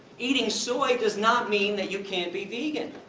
eating soy does not mean that you can't be vegan,